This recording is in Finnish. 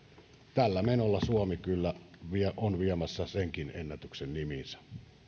tällä menolla suomi kyllä on viemässä senkin ennätyksen nimiinsä